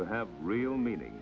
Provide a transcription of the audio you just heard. to have real meaning